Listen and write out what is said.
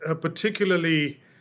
particularly